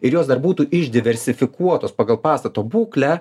ir jos dar būtų iš diversifikuotos pagal pastato būklę